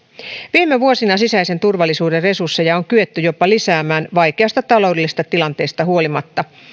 viime vuosina sisäisen turvallisuuden resursseja on kyetty jopa lisäämään vaikeasta taloudellisesta tilanteesta huolimatta